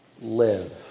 live